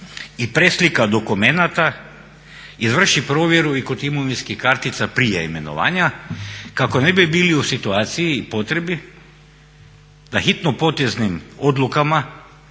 i preslika dokumenata izvrši provjeru i kod imovinskih kartica prije imenovanja kako ne bi bili u situaciji i potrebi da hitnopoteznim odlukama